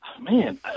man